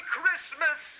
Christmas